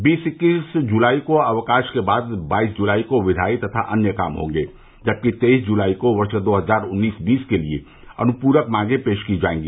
बीस इक्कीस जुलाई को अवकाश के बाद बाईस जुलाई को विधायी तथा अन्य काम होंगे जबकि तेईस जुलाई को वर्ष दो हजार उन्नीस बीस के लिये अनुप्रक मांगे पेश की जायेंगी